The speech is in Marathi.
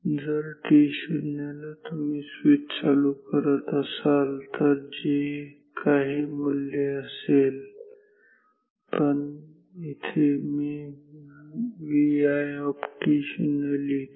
जर t0 ला तुम्ही स्विच चालू करत असाल जर जे काही मूल्य असेल पण इथे मी Vi लिहतो